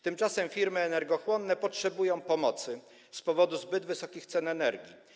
Tymczasem firmy energochłonne potrzebują pomocy z powodu zbyt wysokich cen energii.